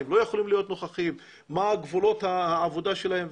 הם לא יכולים להיות נוכחים; מה גבולות העבודה שלהם,